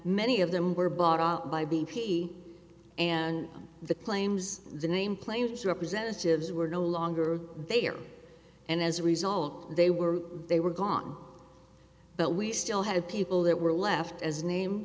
many of them were bought out by b p and the claims the name players representatives were no longer there and as a result they were they were gone but we still had people that were left as name